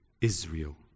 Israel